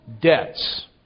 debts